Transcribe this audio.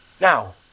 Now